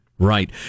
Right